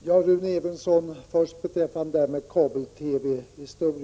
Herr talman! Först några ord till Rune Evensson om kabel-TV.